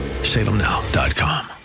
SalemNow.com